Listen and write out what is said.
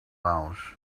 laos